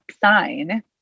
sign